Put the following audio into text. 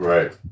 Right